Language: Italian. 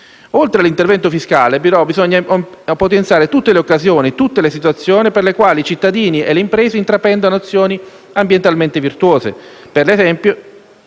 Oltre all'intervento fiscale bisogna potenziare tutte le occasioni e le situazioni per le quali i cittadini e le aziende intraprendano azioni ambientalmente virtuose. Ad esempio,